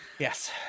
Yes